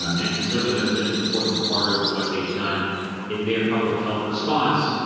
and certainly that's been an important part of what they've done in their public health response